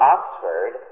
Oxford